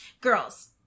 girls